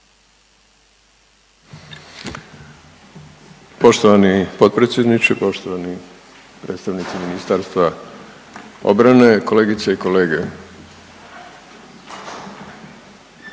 Poštovani potpredsjedniče, poštovani predstavnici MORH-a, kolegice i kolege.